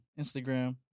Instagram